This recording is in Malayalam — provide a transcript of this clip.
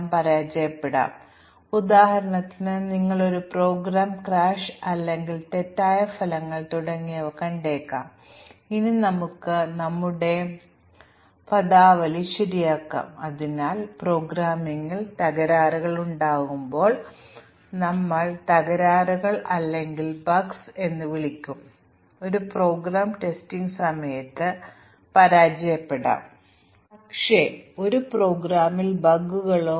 ഇത് പിടിക്കപ്പെട്ടാൽ ഞങ്ങൾ പറയുന്നത് മ്യൂട്ടന്റ് ഡെഡ് ആയെന്നും ഞങ്ങളുടെ ടെസ്റ്റ് കേസുകൾ നല്ലതാണെന്നും എന്നാൽ മ്യൂട്ടന്റ് ലൈവ് ആണെങ്കിൽ അതിനർത്ഥം ഞങ്ങൾ അവതരിപ്പിച്ച ഈ ബഗ് പിടിക്കപ്പെടാതെ ഞങ്ങൾ ആദ്യം രൂപകൽപ്പന ചെയ്ത എല്ലാ ടെസ്റ്റ് കേസുകളും പാസ് ചെയ്തു എന്നാണ്